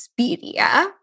Expedia